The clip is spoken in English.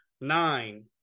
Nine